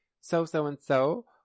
so-so-and-so